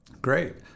Great